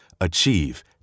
achieve